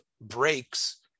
breaks